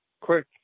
quick